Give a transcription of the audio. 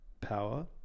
power